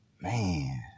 man